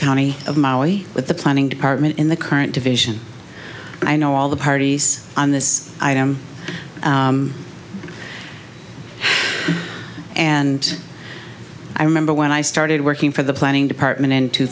county of maui with the planning department in the current division i know all the parties on this item and i remember when i started working for the planning department in two